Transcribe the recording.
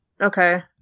Okay